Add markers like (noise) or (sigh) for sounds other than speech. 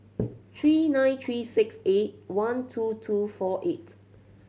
(noise) three nine three six eight one two two four eight